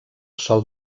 sol